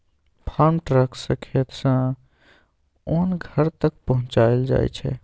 farm truck सँ खेत सँ ओन घर तक पहुँचाएल जाइ छै